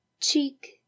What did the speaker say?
Cheek